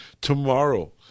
tomorrow